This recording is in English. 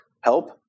help